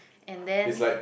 and then